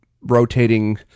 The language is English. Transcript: rotating